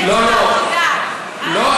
לא,